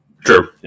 True